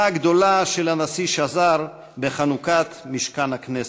הגדולה של הנשיא שזר בחנוכת משכן הכנסת: